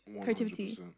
creativity